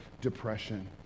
depression